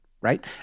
right